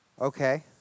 Okay